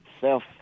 self